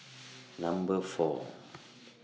Number four